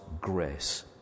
grace